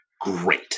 great